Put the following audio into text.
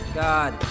god